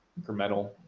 incremental